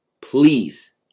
please